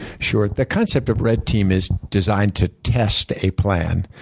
sure. the concept of red team is designed to test a plan.